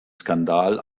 skandal